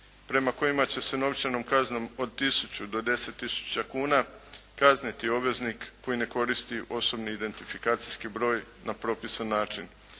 prema kojima će se novčanom kaznom od 1000 do 10000 kuna kazniti obveznik koji ne koristi osobni identifikacijski broj na propisani zakon.